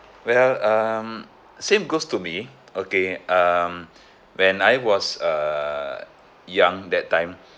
well um same goes to me okay um when I was err young that time